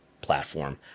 platform